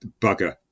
bugger